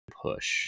push